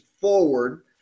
forward